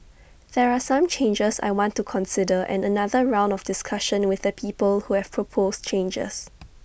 there are some changes I want to consider and another round of discussion with the people who have proposed changes